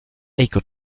eco